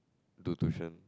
do tuition